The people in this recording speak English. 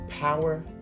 Power